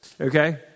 Okay